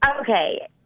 Okay